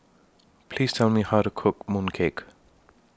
Please Tell Me How to Cook Mooncake